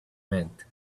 meant